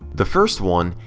the first one,